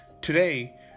Today